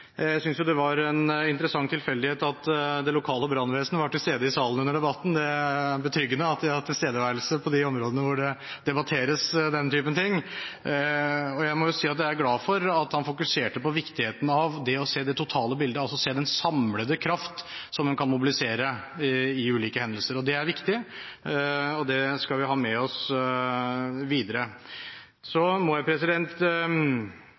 Jeg syntes det var en interessant tilfeldighet at det lokale brannvesenet var til stede i salen under debatten – det er betryggende at de har tilstedeværelse på de områdene hvor den typen ting debatteres. Jeg må si at jeg er glad for at man fokuserte på viktigheten av å se det totale bildet – altså å se den samlede kraft som en kan mobilisere i ulike hendelser. Det er viktig, og det skal vi ha med oss videre.